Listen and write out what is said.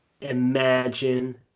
Imagine